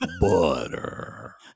butter